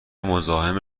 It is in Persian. مزاحم